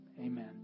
Amen